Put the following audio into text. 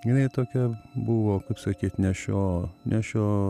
jinai tokia buvo kaip sakyt ne šio ne šio